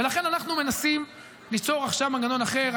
לכן, אנחנו מנסים ליצור עכשיו מנגנון אחר.